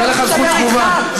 תהיה לך זכות תגובה,